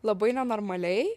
labai nenormaliai